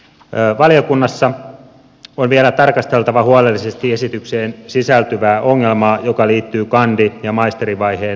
valiokunnassa on vielä tarkasteltava huolellisesti esitykseen sisältyvää ongelmaa joka liittyy kandi ja maisterivaiheen niveltymiseen